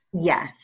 Yes